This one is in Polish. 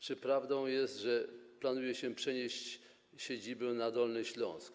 Czy prawdą jest, że planuje się przenieść siedzibę na Dolny Śląsk?